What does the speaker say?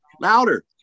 Louder